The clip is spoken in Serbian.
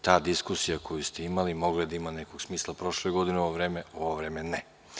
Ta diskusija koju ste imali mogla je da ima nekog smisla prošle godine, ali u ovo vreme ne.